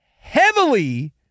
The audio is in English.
heavily